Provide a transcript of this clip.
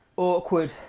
Awkward